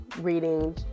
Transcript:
reading